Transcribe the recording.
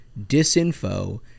disinfo